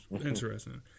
interesting